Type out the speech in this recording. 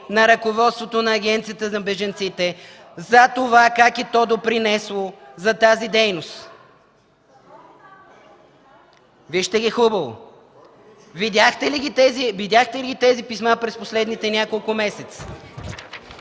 на ръководството на Агенцията за бежанците за това как то е допринесло за тази дейност. (Реплики от КБ.) Вижте ги хубаво! Видяхте ли тези писма през последните няколко месеца?